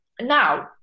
Now